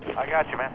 i got you.